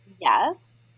yes